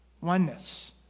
Oneness